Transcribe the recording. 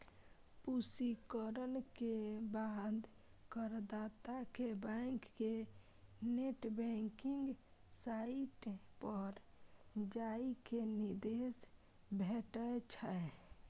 पुष्टिकरण के बाद करदाता कें बैंक के नेट बैंकिंग साइट पर जाइ के निर्देश भेटै छै